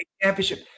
championship